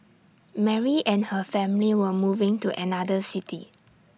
Mary and her family were moving to another city